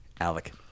Alec